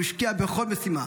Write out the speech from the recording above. הוא השקיע בכל משימה,